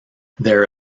their